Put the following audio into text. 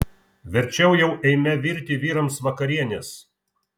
verčiau jau eime virti vyrams vakarienės